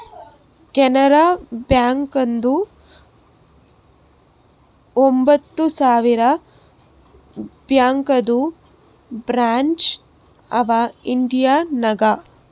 ಕೆನರಾ ಬ್ಯಾಂಕ್ದು ಒಂಬತ್ ಸಾವಿರ ಬ್ಯಾಂಕದು ಬ್ರ್ಯಾಂಚ್ ಅವಾ ಇಂಡಿಯಾ ನಾಗ್